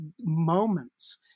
moments